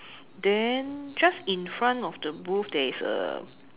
then just in front of the booth there is a